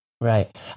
Right